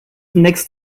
next